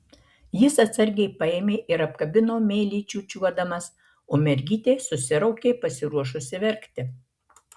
jis atsargiai paėmė ir apkabino meiliai čiūčiuodamas o mergytė susiraukė pasiruošusi verkti